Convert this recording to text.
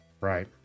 Right